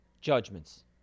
judgments